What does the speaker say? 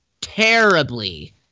terribly